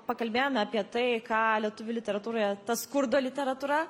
pakalbėjome apie tai ką lietuvių literatūroje ta skurdo literatūra